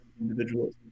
individuals